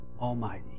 Almighty